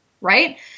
Right